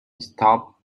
stopped